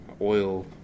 oil